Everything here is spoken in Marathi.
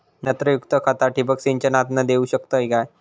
मी नत्रयुक्त खता ठिबक सिंचनातना देऊ शकतय काय?